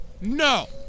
no